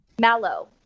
mallow